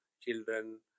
children